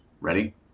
Ready